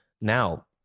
Now